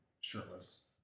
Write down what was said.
shirtless